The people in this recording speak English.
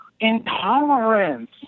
intolerance